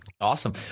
awesome